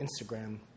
Instagram